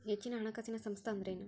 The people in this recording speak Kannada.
ಹೆಚ್ಚಿನ ಹಣಕಾಸಿನ ಸಂಸ್ಥಾ ಅಂದ್ರೇನು?